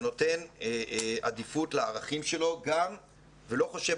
שנותן עדיפות לערכים שלו ולא חושב,